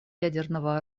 ядерного